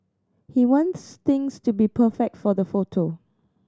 he wants things to be perfect for the photo